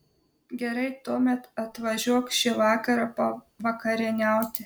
gerai tuomet atvažiuok šį vakarą pavakarieniauti